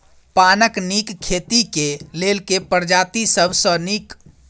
पानक नीक खेती केँ लेल केँ प्रजाति सब सऽ नीक?